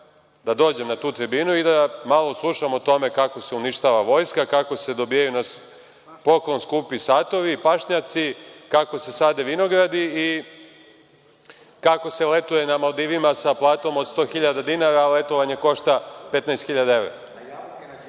da dođem na tu tribinu i da malo slušam o tome kako se uništava Vojska, kako se dobijaju na poklon skupi satovi, pašnjaci, kako se sade vinogradi i kako se letuje na Maldivima sa platom od 100 hiljada dinara a letovanje košta 15